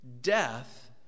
Death